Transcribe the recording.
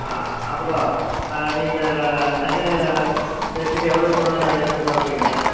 ஆ அப்புறம் நீங்கள் நகையை வச்சுட்டு எவ்வளோ பணம் எதிர்பாக்கிறீங்க